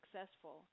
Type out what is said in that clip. successful